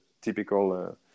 typical